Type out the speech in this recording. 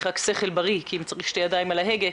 רק שכל בריא כי אם צריך שתי ידיים על ההגה,